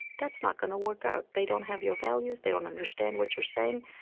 that's not going to work out. they don't have your values. they don't understand what you're saying.